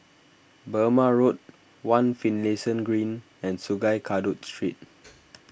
Burmah Road one Finlayson Green and Sungei Kadut Street